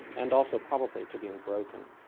and also probably to being broken.